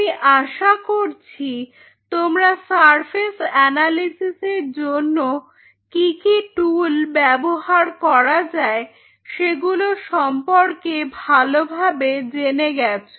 আমি আশা করছি তোমরা সারফেস অ্যানালিসিসের জন্য কি কি টুল ব্যবহার করা যায় সেগুলো সম্পর্কে ভালোভাবে জেনে গেছ